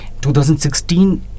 2016